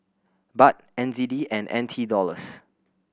Baht N Z D and N T Dollars